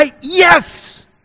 Yes